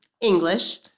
English